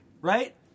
right